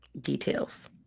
details